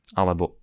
alebo